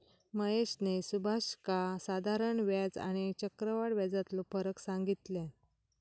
महेशने सुभाषका साधारण व्याज आणि आणि चक्रव्याढ व्याजातलो फरक सांगितल्यान